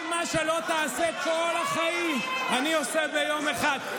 כל מה שלא תעשה כל החיים, אני עושה ביום אחד.